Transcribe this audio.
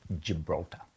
Gibraltar